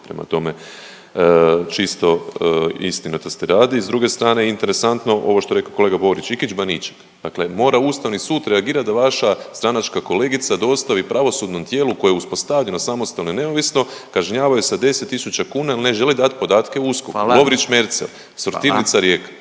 prema tome čisto istinitosti radi. S druge strane interesantno ovo što je rekao kolega Borić, Ikić Baniček dakle mora Ustavni sud reagirati da vaša stranačka kolegica dostavi pravosudnom tijelu koje je uspostavljeno samostalno i neovisno kažnjava ju sa 10 tisuća kuna jer ne želi dati podatke USKOK-u. …/Upadica Furio Radin: Hvala./… Lovrić Merzel, sortirnica Rijeka,